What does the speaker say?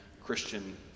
Christian